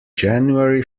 january